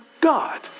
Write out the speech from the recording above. God